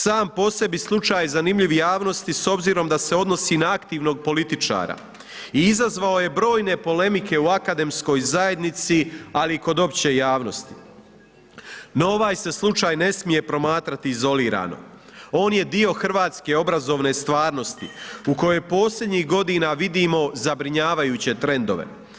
Sam po sebi slučaj zanimljiv javnost s obzirom da se odnosi na aktivnog političara izazvao je brojne polemike u akademskoj zajednici ali i kod opće javnosti no ovaj se slučaj ne smije promatrati izolirano, on je dio hrvatske obrazovne stvarnosti u kojoj posljednjih godina vidimo zabrinjavajuće trendove.